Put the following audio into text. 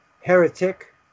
heretic